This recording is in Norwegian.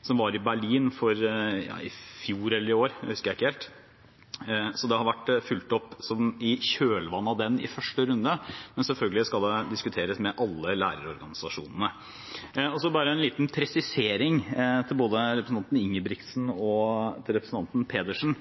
som var i Berlin i fjor eller i år, jeg husker ikke helt. Det har vært fulgt opp sånn i kjølvannet av den i første runde, men selvfølgelig skal det diskuteres med alle lærerorganisasjonene. Så bare en liten presisering til både representanten Ingebrigtsen og representanten Pedersen.